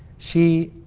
she